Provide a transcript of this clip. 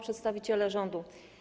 Przedstawiciele Rządu!